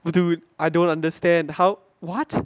dude I don't understand how [what]